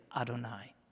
Adonai